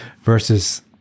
versus